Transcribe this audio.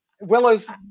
Willow's